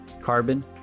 carbon